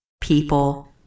People